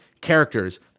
characters